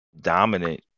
Dominant